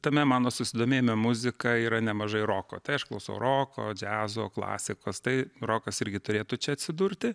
tame mano susidomėjome muzika yra nemažai roko tai aš klausau roko džiazo klasikos tai rokas irgi turėtų čia atsidurti